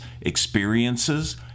experiences